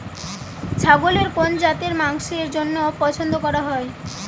ছাগলের কোন জাতের মাংসের জন্য পছন্দ করা হয়?